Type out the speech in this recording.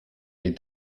est